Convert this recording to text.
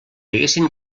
haguessin